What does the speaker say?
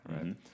Right